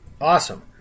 awesome